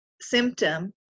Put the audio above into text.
symptom